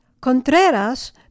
Contreras